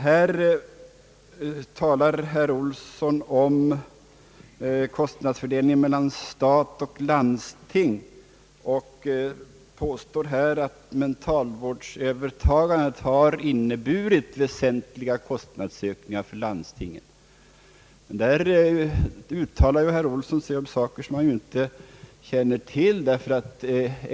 Här talar herr Olsson om kostnadsfördelningen mellan stat och landsting och påstår att övertagandet av mentalvården inneburit väsentliga kostnadsökningar för landstingen. Men där uttalar sig herr Olsson om saker som han inte känner till.